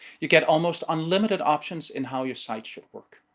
you get almost unlimited options in how your site should work.